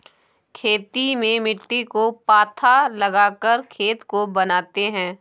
खेती में मिट्टी को पाथा लगाकर खेत को बनाते हैं?